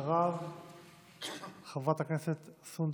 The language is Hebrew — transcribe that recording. תודה רבה לחבר הכנסת סעדי.